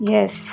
Yes